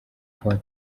paul